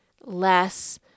less